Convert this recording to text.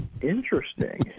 Interesting